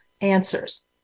answers